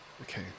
Okay